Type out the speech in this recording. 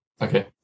Okay